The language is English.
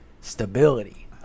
stability